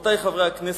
רבותי חברי הכנסת,